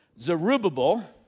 Zerubbabel